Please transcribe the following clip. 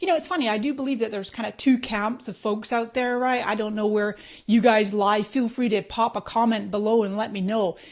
you know it's funny, i do believe that there's kind of two camps of folks out there. i don't know where you guys lie. feel free to pop a comment below and let me know.